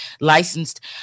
licensed